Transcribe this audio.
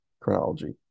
chronology